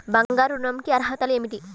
బంగారు ఋణం కి అర్హతలు ఏమిటీ?